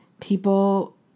people